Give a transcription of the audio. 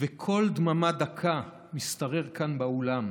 וקול דממה דקה משתרר כאן באולם,